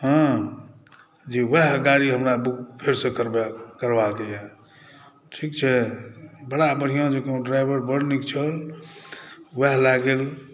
हँ जे वएह गाड़ी हमरा बुक फेरसँ करबाएब करबाके अइ ठीक छै बड़ा बढ़िऑं जकाँ ओ ड्राइवर बड़ नीक छल वएह लए गेल